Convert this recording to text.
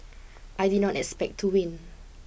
I did not expect to win